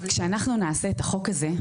כשאנחנו נעשה את החוק הזה,